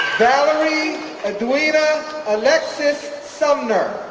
valerie edwina alexis sumner,